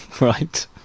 Right